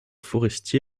forestier